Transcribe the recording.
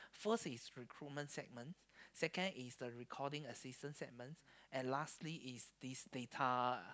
first is recruitment segment second is the recording assistant segments and lastly is this data